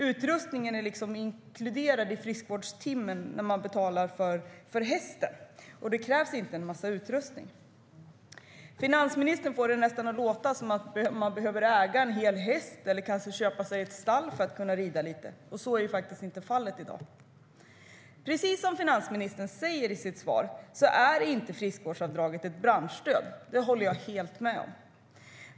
Utrustningen är så att säga inkluderad i friskvårdstimmen när man betalar för hästen, och det krävs inte en massa extra utrustning. Finansministern får det nästan att låta som att man behöver äga en hel häst eller kanske köpa sig ett stall för att kunna rida lite, och så är faktiskt inte fallet. Precis som finansministern säger i sitt svar är friskvårdsavdraget inte ett branschstöd. Det håller jag helt med om.